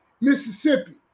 Mississippi